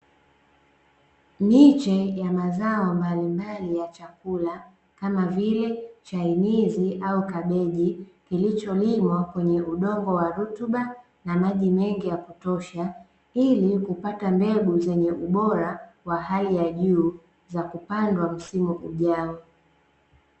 Miche ya mazao mbalimbali ya chakula kama vile chainizi au kabeji kilicholimwa kwenye udongo wa rutuba na maji mengi yakutosha, ili kupata mbegu zenye ubora wa hali ya juu za kupandwa msimu ujao.